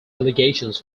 allegations